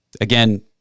Again